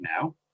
now